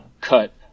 cut